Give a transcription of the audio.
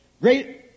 Great